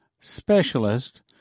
specialist